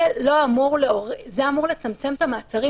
זה אמור לצמצם את המעצרים,